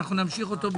ונמשיך אותו,